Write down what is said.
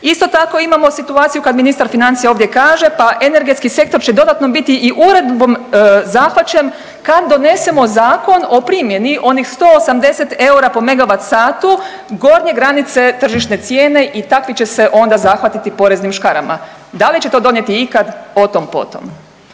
Isto tako imamo situaciju kada ministar financija ovdje kaže pa energetski sektor će dodatno biti i Uredbom zahvaćen kada donesemo Zakon o primjeni onih 180 eura po megavat satu gornje granice tržišne cijene i takvi će se onda zahvatiti poreznim škarama. Da li će to donijeti ikad o tom potom.